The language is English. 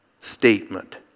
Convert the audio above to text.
statement